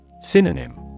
Synonym